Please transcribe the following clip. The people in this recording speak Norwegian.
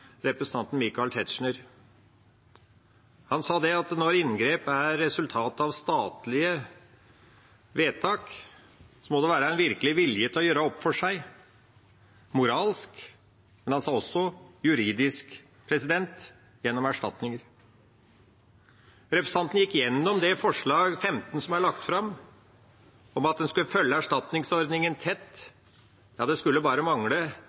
representanten Michael Tetzschner. Han sa at når inngrep er resultatet av statlige vedtak, må det være en virkelig vilje til å gjøre opp for seg – moralsk, men han sa også juridisk – gjennom erstatninger. Representanten gikk igjennom det forslaget som er lagt fram, forslag nr. 15, om at en skal følge erstatningsordningen tett. Ja, det skulle bare mangle,